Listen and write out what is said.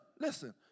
Listen